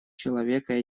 человека